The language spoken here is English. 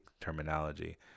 terminology